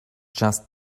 just